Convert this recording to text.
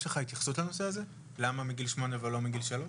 יש לך התייחסות לנושא הזה למה מגיל 8 ולא מגיל 3?